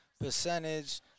percentage